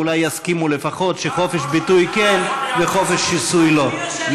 ואולי יסכימו לפחות שחופש ביטוי כן וחופש שיסוי לא.